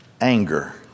Anger